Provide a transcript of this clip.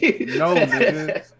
No